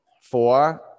four